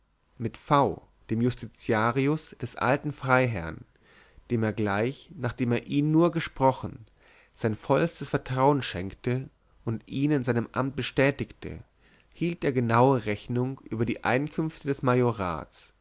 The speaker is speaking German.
mit v dem justitiarius des alten freiherrn dem er gleich nachdem er ihn nur gesprochen sein volles vertrauen schenkte und ihn in seinem amt bestätigte hielt er genaue rechnung über die einkünfte des majorats